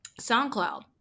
soundcloud